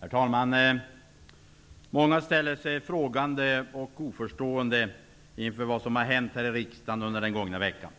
Herr talman! Många ställer sig frågande och oförstående inför vad som hänt här i riksdagen under den gångna veckan.